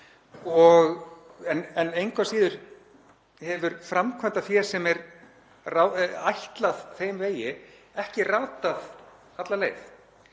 en engu að síður hefur framkvæmdafé sem er ætlað þeim vegi ekki ratað alla leið.